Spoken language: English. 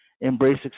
embrace